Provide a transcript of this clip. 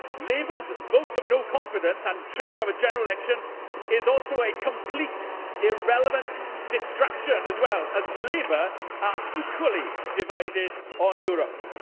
labour's vote of no confidence and trigger of a general election is also a completely irrelevant distraction as well, as labour are equally divided on europe.